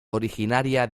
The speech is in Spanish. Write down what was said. originaria